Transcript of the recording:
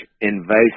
invasive